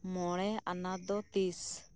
ᱢᱚᱬᱮ ᱟᱱᱟᱜ ᱫᱚ ᱛᱤᱥ